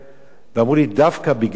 ואמרו לי: דווקא בגלל,